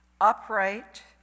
upright